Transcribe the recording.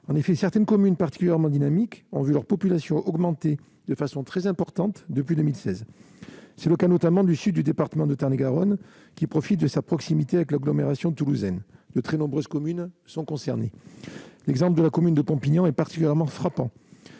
En effet, certaines communes particulièrement dynamiques ont vu leur population augmenter de façon très importante depuis 2016. C'est le cas notamment du sud du département du Tarn-et-Garonne, qui profite de sa proximité avec l'agglomération toulousaine. De très nombreuses communes sont concernées. L'exemple de la commune de Pompignan est particulièrement frappant.